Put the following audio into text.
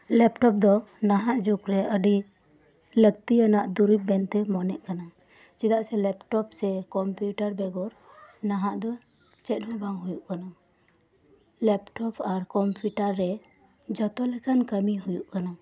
laptop ᱫᱚ ᱱᱟᱦᱟᱜ ᱡᱩᱜᱨᱮ ᱟᱹᱰᱤ ᱞᱟᱹᱠᱛᱤᱭᱟᱱᱟᱜ ᱫᱩᱨᱤᱵᱽ ᱢᱮᱱᱛᱮ ᱢᱚᱱᱮᱜ ᱠᱟᱱᱟ ᱪᱮᱫᱟᱜ ᱥᱮ ᱞᱮᱯᱴᱚᱯ ᱥᱮ ᱠᱚᱢᱯᱤᱭᱩᱴᱟᱨ ᱵᱮᱜᱚᱨ ᱱᱟᱦᱟᱜ ᱫᱚ ᱪᱮᱫ ᱦᱚᱸ ᱵᱟᱝ ᱦᱩᱭᱩᱜ ᱠᱟᱱᱟ ᱞᱮᱯᱴᱚᱯ ᱟᱨ ᱠᱚᱢᱯᱤᱭᱩᱴᱟᱨᱮ ᱡᱚᱛᱚ ᱞᱮᱠᱟᱱ ᱠᱟᱹᱢᱤ ᱦᱩᱭᱩᱜ ᱠᱟᱱᱟ